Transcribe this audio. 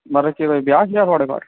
मतलब केह् ऐ ब्याह् ऐ थुआढ़े घर